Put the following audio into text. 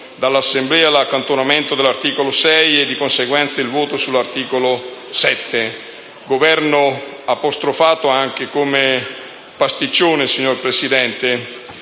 dall'Assemblea l'accantonamento dell'articolo 6 e, di conseguenza, il voto sull'articolo 7. Il Governo è stato apostrofato come pasticcione. Il provvedimento